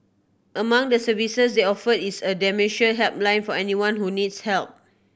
among the services they offer is a dementia helpline for anyone who needs help